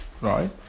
right